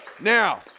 Now